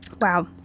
Wow